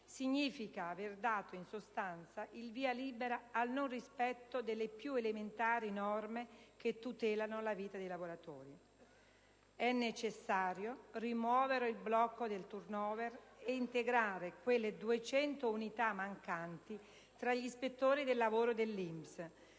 significa aver dato in sostanza il via libera al non rispetto delle più elementari norme che tutelano la vita dei lavoratori. È necessario rimuovere il blocco del *turnover* e integrare quelle 200 unità mancanti tra gli ispettori del lavoro dell'INPS,